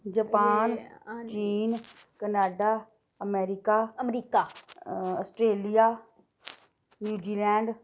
Japan China Canada America Australia New Zealand